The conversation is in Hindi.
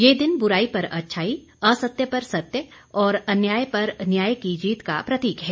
यह दिन बुराई पर अच्छाई असत्य पर सत्य और अन्याय पर न्याय की जीत का प्रतीक है